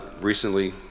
recently